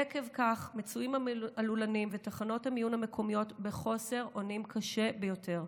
עקב כך מצויים הלולנים ותחנות המיון המקומיות בחוסר אונים קשה ביותר,